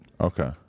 okay